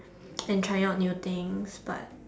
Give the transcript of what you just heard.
and trying out new things but